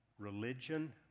religion